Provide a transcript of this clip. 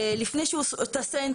אחד כותב,